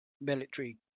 military